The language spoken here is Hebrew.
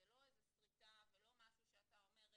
זה לא איזה שריטה ולא משהו שאתה אומר,